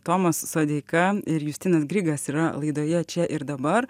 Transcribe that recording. tomas sodeika ir justinas grigas yra laidoje čia ir dabar